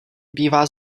bývá